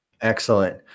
Excellent